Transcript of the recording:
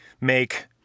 make